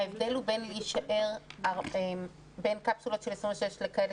ההבדל בין הוא בין להישאר בקפסולות של 26 לכאלה